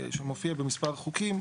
שמופיע במספר חוקים,